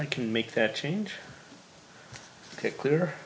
i can make that change clear